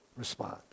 respond